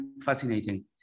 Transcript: fascinating